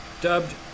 Dubbed